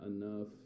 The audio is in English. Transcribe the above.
enough